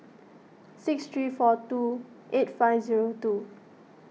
six three four two eight five zero two